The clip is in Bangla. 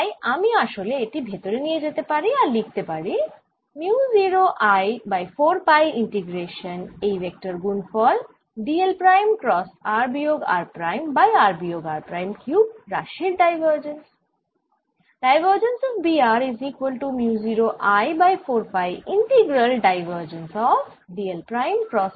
তাই আমি আসলে এটি ভেতরে নিয়ে যেতে পারি আর লিখতে পারি mu 0 I by 4 pi integration এই ভেক্টর গুনফল d l prime cross r বিয়োগ r প্রাইম বাই r বিয়োগ r প্রাইম কিউব রাশির ডাইভার্জেন্স